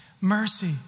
Mercy